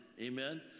amen